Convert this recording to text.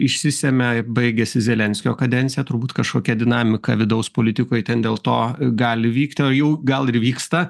išsisemia baigiasi zelenskio kadencija turbūt kažkokia dinamika vidaus politikoj ten dėl to gali vykti o jų gal ir vyksta